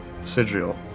Sidriel